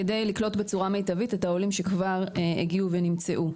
כדי לקלוט בצורה מיטבית את העולים שכבר הגיעו ונמצאו.